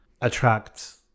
attracts